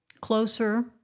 closer